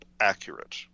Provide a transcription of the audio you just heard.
accurate